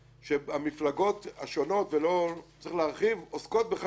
שהמפלגות השונות ולא צריך להרחיב עוסקות בחלוקת,